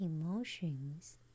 emotions